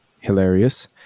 hilarious